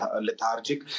lethargic